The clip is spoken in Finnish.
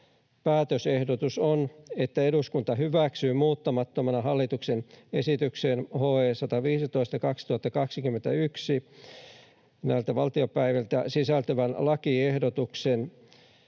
päätösehdotus on, että eduskunta hyväksyy muuttamattomana hallituksen esitykseen HE 115/2021 näiltä valtiopäiviltä sisältyvän lakiehdotuksen.